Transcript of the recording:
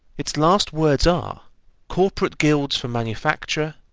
its last words are corporate guilds for manufacture,